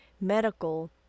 medical